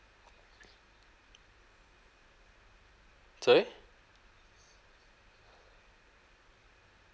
sorry